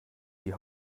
die